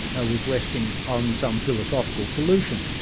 ah was resting on some philosophical solution.